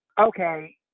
okay